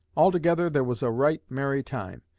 altogether there was a right merry time.